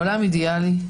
בעולם אידאלי,